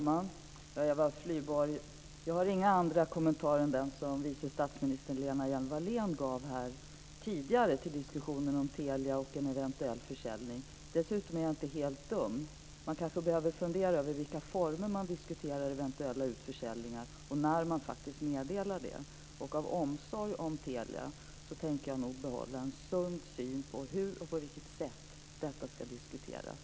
Fru talman! Jag har inga andra kommentarer än de som vice statsminister Lena Hjelm-Wallén hade tidigare till diskussionen om Telia och en eventuell försäljning. Dessutom är jag inte helt dum. Man kanske behöver fundera över i vilka former man diskuterar eventuella försäljningar och när man meddelar det. Av omsorg om Telia tänker jag nog behålla en sund syn på hur detta ska diskuteras.